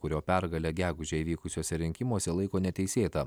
kurio pergalė gegužę įvykusiuose rinkimuose laiko neteisėta